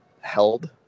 held